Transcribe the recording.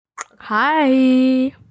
Hi